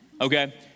okay